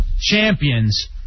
champions